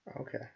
Okay